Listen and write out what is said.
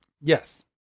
Yes